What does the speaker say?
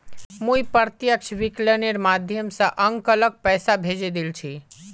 मुई प्रत्यक्ष विकलनेर माध्यम स अंकलक पैसा भेजे दिल छि